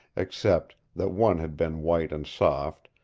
except that one had been white and soft,